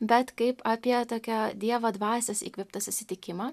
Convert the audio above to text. bet kaip apie tokią dievo dvasios įkvėptą susitikimą